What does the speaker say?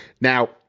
now